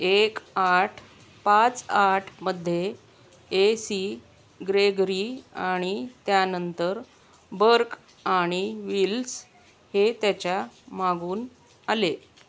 एक आठ पाच आठमध्ये ए सी ग्रेगरी आणि त्यानंतर बर्क आणि विल्स हे त्याच्या मागून आले